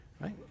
Right